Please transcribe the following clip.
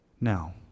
Now